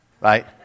right